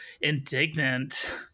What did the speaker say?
indignant